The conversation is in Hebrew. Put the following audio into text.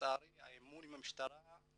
ולצערי האמון עם המשטרה הוא